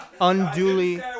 unduly